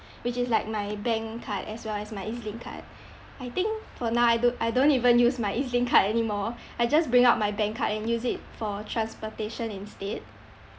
which is like my bank card as well as my EZ link card I think for now I do I don't even use my EZ link card anymore I just bring out my bank card and use it for transportation instead